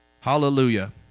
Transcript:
Hallelujah